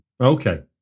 Okay